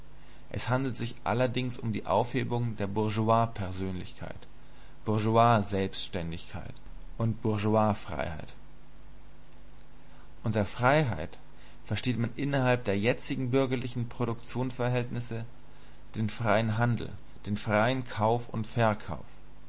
es handelt sich allerdings um die aufhebung der bourgeois persönlichkeit selbständigkeit und freiheit unter freiheit versteht man innerhalb der jetzigen bürgerlichen produktionsverhältnisse den freien handel den freien kauf und verkauf